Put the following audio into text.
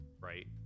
right